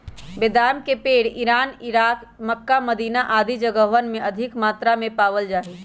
बेदाम के पेड़ इरान, इराक, मक्का, मदीना आदि जगहवन में अधिक मात्रा में पावल जा हई